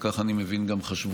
וכך אני מבין גם חשבו,